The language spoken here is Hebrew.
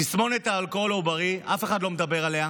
תסמונת האלכוהול העוברי, אף אחד לא מדבר עליה,